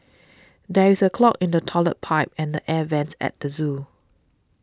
there is a clog in the Toilet Pipe and Air Vents at the zoo